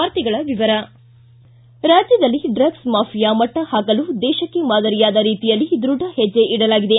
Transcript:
ವಾರ್ತೆಗಳ ವಿವರ ರಾಜ್ಞದಲ್ಲಿ ಡ್ರಗ್ಲ್ ಮಾಫಿಯಾ ಮಟ್ಟ ಹಾಕಲು ದೇಶಕ್ಕೇ ಮಾದರಿಯಾದ ರೀತಿಯಲ್ಲಿ ದೃಢ ಹೆಜ್ಜೆ ಇಡಲಾಗಿದೆ